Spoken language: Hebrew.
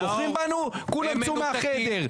בחרו בנו, עכשיו כולם צאו מהחדר.